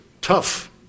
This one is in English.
tough